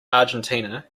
argentina